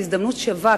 הזדמנות שווה,